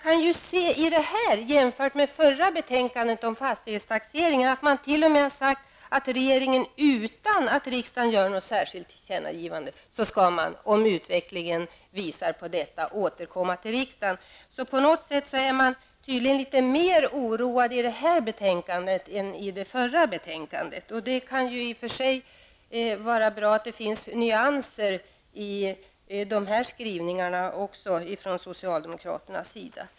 I det förra betänkandet om fastighetstaxeringen har utskottsmajoriteten t.o.m. sagt att regeringen utan att riksdagen gör något särskilt tillkännagivande skall återkomma till riksdagen om utvecklingen ger anledning till det. Man är tydligen litet mer oroad i det här betänkandet än i det förra betänkandet. Det kan i och för sig vara bra att det finns nyanser i de här skrivningarna från socialdemokraternas sida.